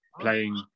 playing